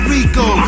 Rico